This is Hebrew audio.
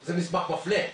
זה מסמך מפלה.